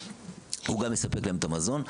הוא גם יספק להם את המזון.